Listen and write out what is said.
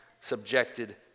subjected